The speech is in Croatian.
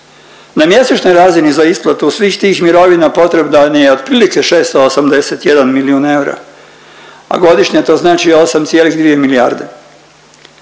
Na mjesečnoj razini za isplatu svih tih mirovina potrebno je otprilike 681 milijun eura, a to godišnje to znači 8,2 milijarde.